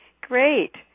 Great